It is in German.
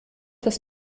das